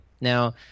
Now